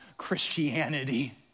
Christianity